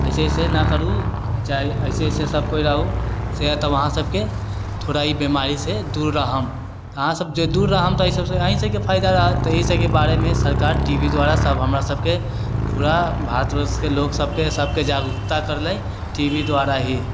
अइसे अइसे नहि करू चाहे अइसे अइसे सब कोइ रहू से तब अहाँ सबके थोड़ा ई बीमारीसँ दूर रहब अहाँसब जे दूर रहब तऽ एहि सबसँ अहीँसबके फायदा रहत तऽ एहिसबके बारेमे सरकार टी वी द्वारा सब हमरासबके पूरा भारतवर्षके लोकसबके जागरूकता करले टी वी द्वारा ही